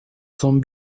son